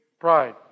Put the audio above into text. Pride